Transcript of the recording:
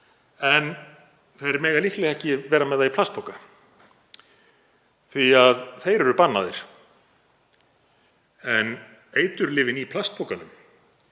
en þeir mega líklega ekki vera með það í plastpoka því að þeir eru bannaðir. En eiturlyfin í plastpokanum